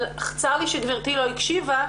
אבל צריך לי שגברתי לא הקשיבה,